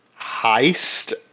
heist